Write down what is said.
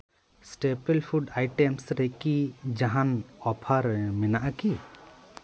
staple food items ᱨᱮᱠᱤ ᱡᱟᱦᱟᱱ offer ᱢᱮᱱᱟᱜᱼᱟ ᱠᱤ